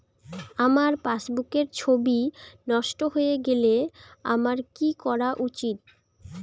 আমার পাসবুকের ছবি নষ্ট হয়ে গেলে আমার কী করা উচিৎ?